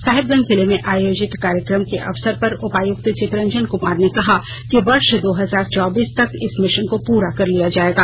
साहेबगंज जिले में आयोजित कार्यक्रम के अवसर पर उपायुक्त चितरंजन कुमार ने कहा कि वर्ष दो हजार चौबीस तक इस मिशन को पूरा कर लिया जाएगा